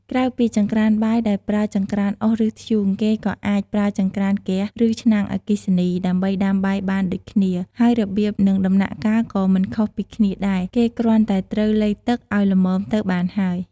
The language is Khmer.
ក្រៅពីចម្អិនបាយដោយប្រើចង្រ្កានអុស ឬ ធ្យូង គេក៏អាចប្រើចង្រ្កានហ្គាស ឬ ឆ្នាំងអគ្គីសនី ដើម្បីដាំបាយបានដូចគ្នា ហើយរបៀប និងដំណាក់កាលក៏មិនខុសពីគ្នាដែរ គេគ្រាន់តែត្រូវលៃទឹកឱ្យល្មមទៅបានហើយ។